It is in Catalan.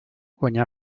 guanyà